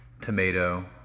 tomato